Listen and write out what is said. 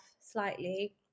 slightly